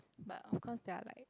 but of course they're like